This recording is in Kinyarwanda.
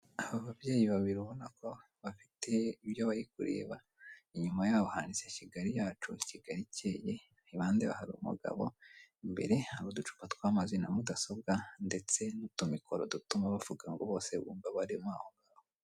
Aba babyeyi babiri ubonako bafite ibyo bari kureba, inyuma yabo handitse Kigali yacu , Kigali ikeye, iruhande hari umugabo ,imbere hari uducupa twamazi na mudasobwa ndetse n' utumikoro dutuma bavuga ngo Bose bumve abarimo aho ngaho.